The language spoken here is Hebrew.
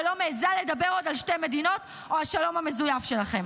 ולא מעיזה לדבר עוד על שתי מדינות או השלום המזויף שלכם,